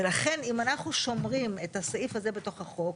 ולכן אם אנחנו שומרים את הסעיף הזה בתוך החוק,